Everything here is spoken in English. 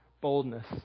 Boldness